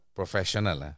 professional